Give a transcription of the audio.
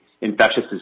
infectious